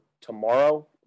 tomorrow